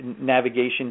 navigation